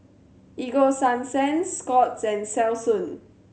Ego Sunsense Scott's and Selsun